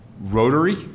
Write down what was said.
rotary